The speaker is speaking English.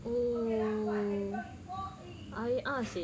oo ah seh